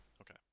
Okay